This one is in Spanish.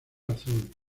azul